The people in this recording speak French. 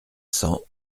cents